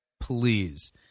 please